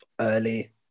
early